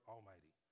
Almighty